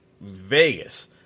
Vegas